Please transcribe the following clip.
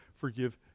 forgive